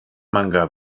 manga